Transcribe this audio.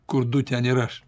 kur du ten ir aš